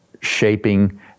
shaping